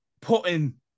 putting